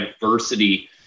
Diversity